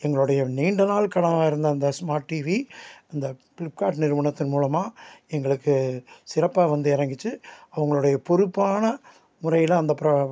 எங்களோடைய நீண்ட நாள் கனவாக இருந்த அந்த ஸ்மார்ட் டிவி அந்த ஃப்ளிப்கார்ட் நிறுவனத்தின் மூலமாக எங்களுக்கு சிறப்பாக வந்து இறங்குச்சி அவங்களுடைய பொறுப்பான முறையில் அந்த ப்ரா